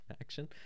action